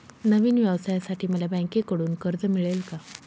नवीन व्यवसायासाठी मला बँकेकडून कर्ज मिळेल का?